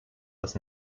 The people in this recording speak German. das